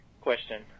question